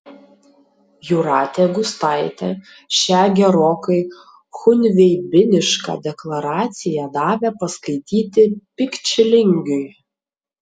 jūratė gustaitė šią gerokai chunveibinišką deklaraciją davė paskaityti pikčilingiui